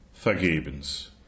Vergebens